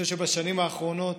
אני חושב שבשנים האחרונות